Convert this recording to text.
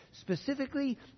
specifically